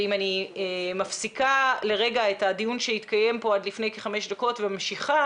ואם אני מפסיקה לרגע את הדיון שהתקיים פה עד לפני כחמש דקות וממשיכה,